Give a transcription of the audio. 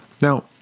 Now